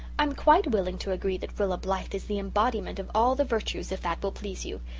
i'm quite willing to agree that rilla blythe is the embodiment of all the virtues, if that will please you.